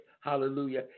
hallelujah